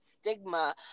stigma